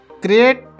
create